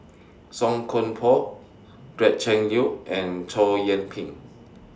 Song Koon Poh Gretchen Liu and Chow Yian Ping